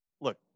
look